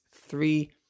three